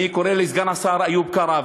אני קורא לסגן השר איוב קרא,